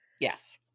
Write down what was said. Yes